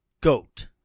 goat